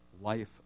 life